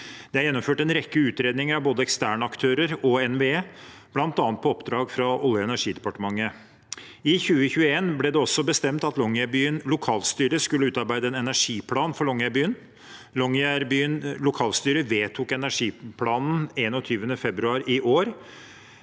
NVE har gjennomført en rekke utredninger, bl.a. på oppdrag fra Olje- og energidepartementet. I 2021 ble det også bestemt at Longyearbyen lokalstyre skulle utarbeide en energiplan for Longyearbyen. Longyearbyen lokalstyre vedtok energiplanen 21. februar i år.